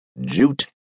jute